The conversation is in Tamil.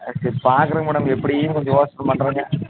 ஆ சரி பாக்கிறேங்க மேடம் எப்படியும் கொஞ்சம் யோசனை பண்ணுறேங்க